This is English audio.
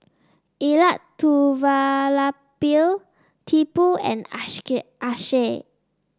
Elattuvalapil Tipu and Akshay